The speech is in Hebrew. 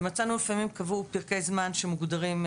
מצאנו לפעמים פרקי זמן שמוגדרים,